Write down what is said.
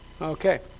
Okay